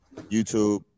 YouTube